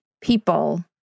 people